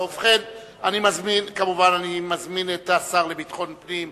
ובכן, אני מזמין את השר לביטחון פנים,